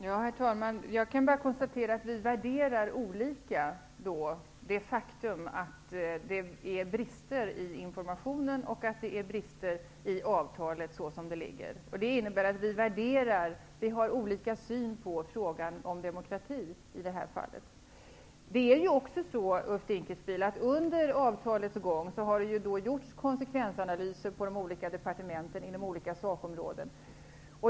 Herr talman! Jag kan bara konstatera att vi värderar det faktum att det är brister i informationen och att det är brister i avtalet, såsom det är utformat, olika. Det innebär att vi har olika syn på frågan om demokrati i det här fallet. Det har också, Ulf Dinkelspiel, under avtalsförhandlingarnas gång gjorts konsekvensanalyser på de olika departementen, inom olika sakområden.